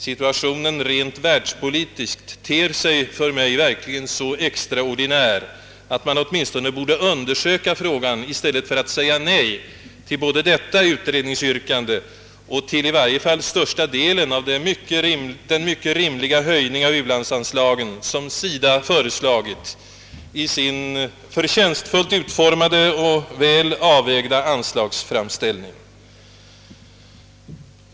Situationen rent världspolitiskt ter sig för mig verkligen så extraordinär att man åtminstone borde undersöka frågan i stället för att säga nej både till detta utredningsyrkande och till i varje fall största delen av den mycket rimliga höjningen av ulandsanslagen, som SIDA föreslagit i sin förtjänstfullt utformade och väl avvägda: anslagsframställning.